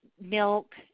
milk